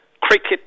cricket